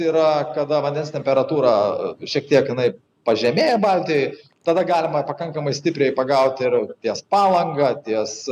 yra kada vandens temperatūra šiek tiek jinai pažemėja baltijoj tada galima pakankamai stipriai pagauti ir ties palanga ties